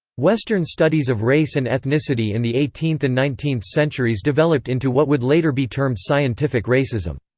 western studies of race and ethnicity in the eighteenth and nineteenth centuries developed into what would later be termed scientific racism.